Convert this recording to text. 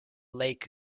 lake